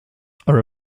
are